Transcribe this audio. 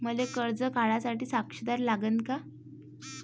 मले कर्ज काढा साठी साक्षीदार लागन का?